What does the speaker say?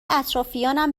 اطرافیام